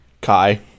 Kai